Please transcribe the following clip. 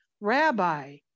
Rabbi